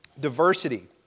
Diversity